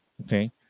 Okay